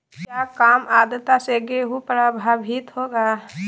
क्या काम आद्रता से गेहु प्रभाभीत होगा?